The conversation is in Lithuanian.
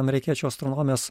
amerikiečių astronomės